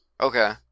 Okay